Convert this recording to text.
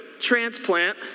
transplant